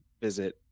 visit